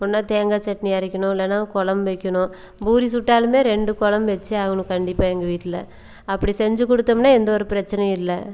ஒரு நாள் தேங்காய் சட்னி அரைக்கணும் இல்லைன்னா குழம்பு வைக்கணும் பூரி சுட்டாலுமே ரெண்டு குழம்பு வச்சே ஆகணும் கண்டிப்பாக எங்கள் வீட்டில் அப்படி செஞ்சிக் கொடுத்தோம்னா எந்த ஒரு பிரச்சனையும் இல்லை